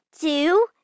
two